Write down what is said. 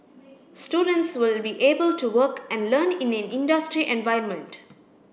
students will be able to work and learn in an industry environment